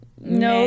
no